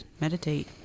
meditate